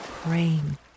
Praying